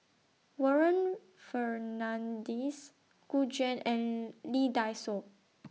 Warren Fernandez Gu Juan and Lee Dai Soh